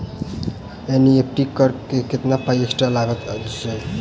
NEFT करऽ मे कत्तेक पाई एक्स्ट्रा लागई छई?